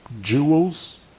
jewels